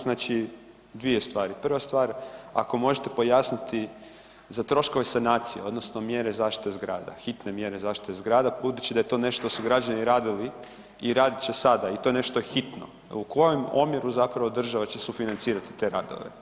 Znači dvije stvari, prva stvar ako možete pojasniti za troškove sanacije odnosno mjere zaštite zgrada, hitne mjere zaštite zgrada budući da je to nešto što su građani radili i radit će sada i to je nešto što je hitno, u kojem omjeru će država sufinancirati te radove?